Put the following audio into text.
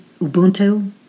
ubuntu